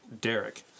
Derek